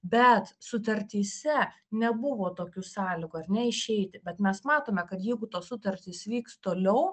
bet sutartyse nebuvo tokių sąlygų ar ne išeiti bet mes matome kad jeigu tos sutartys vyks toliau